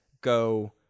go